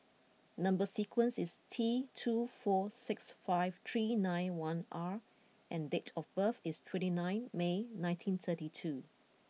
number sequence is T two four six five three nine one R and date of birth is twenty nine May nineteen thirty two